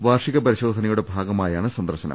വാർഷിക പരിശോധനയുടെ ഭാഗമായാണ് സന്ദർശനം